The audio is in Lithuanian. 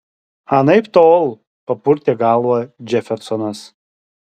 anaiptol papurtė galvą džefersonas